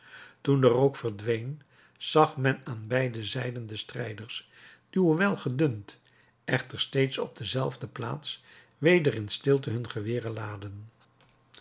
toen de rook verdween zag men aan beide zijden de strijders die hoewel gedund echter steeds op dezelfde plaats weder in stilte hun geweren laadden